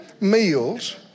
meals